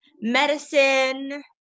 medicine